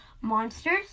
monsters